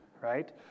right